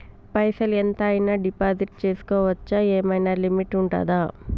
పైసల్ ఎంత అయినా డిపాజిట్ చేస్కోవచ్చా? ఏమైనా లిమిట్ ఉంటదా?